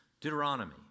Deuteronomy